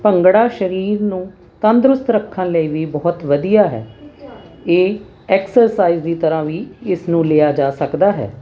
ਭੰਗੜਾ ਸਰੀਰ ਨੂੰ ਤੰਦਰੁਸਤ ਰੱਖਣ ਲਈ ਵੀ ਬਹੁਤ ਵਧੀਆ ਹੈ ਇਹ ਐਕਸਰਸਾਈਜ਼ ਦੀ ਤਰ੍ਹਾਂ ਵੀ ਇਸ ਨੂੰ ਲਿਆ ਜਾ ਸਕਦਾ ਹੈ